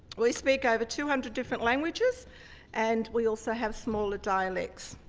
we speak over two hundred different languages and we also have smaller dialects.